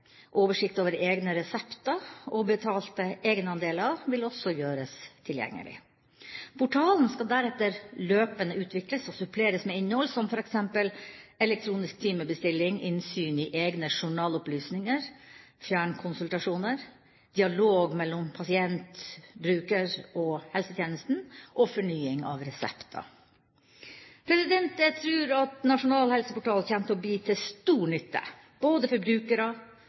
oversikt over egne resepter og betalte egenandeler, vil også gjøres tilgjengelig. Portalen skal deretter løpende utvikles og suppleres med innhold som f.eks. elektronisk timebestilling, innsyn i egne journalopplysninger, fjernkonsultasjoner, dialog mellom pasient/bruker og helsetjenesten og fornying av resepter. Jeg tror at Nasjonal Helseportal kommer til å bli til stor nytte for både brukere,